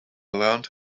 learned